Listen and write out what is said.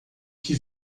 que